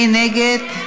מי נגד?